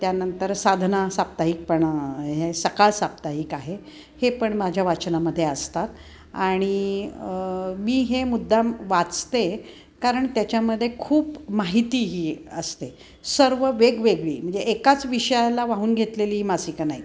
त्यानंतर साधना साप्ताहिक पण हे सकाळ साप्ताहिक आहे हे पण माझ्या वाचनामध्ये असतात आणि मी हे मुद्दाम वाचते कारण त्याच्यामध्ये खूप माहितीही असते सर्व वेगवेगळी म्हणजे एकाच विषयाला वाहून घेतलेली मासिकं नाहीत